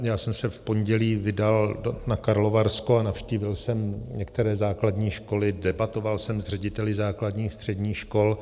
Já jsem se v pondělí vydal na Karlovarsko a navštívil jsem některé základní školy, debatoval jsem s řediteli základních a středních škol.